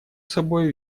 собой